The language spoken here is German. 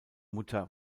mutter